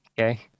Okay